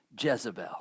Jezebel